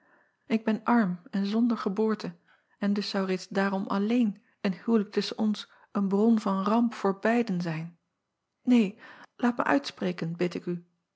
k ben arm en zonder geboorte en dus zou reeds daarom alleen een huwelijk tusschen ons een bron van ramp voor beiden zijn neen laat mij uitspreken bid ik u